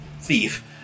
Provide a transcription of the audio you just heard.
thief